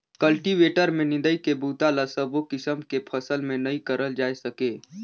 cultivator में निंदई के बूता ल सबो किसम के फसल में नइ करल जाए सके